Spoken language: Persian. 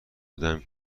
بودم